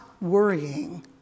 worrying